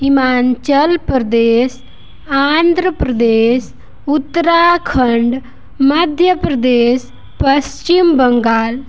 Himachal Pradesh Andhra Pradesh Uttarakhand Madhya Pradesh Paschim Bengal